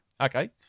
Okay